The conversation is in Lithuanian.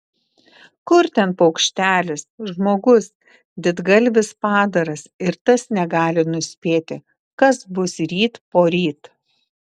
kur ten paukštelis žmogus didgalvis padaras ir tas negali nuspėti kas bus ryt poryt